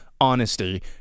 honesty